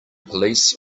police